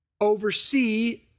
oversee